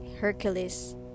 Hercules